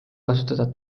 kasutada